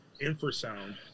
infrasound